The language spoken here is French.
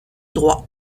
droit